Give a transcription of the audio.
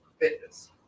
fitness